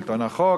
שלטון החוק,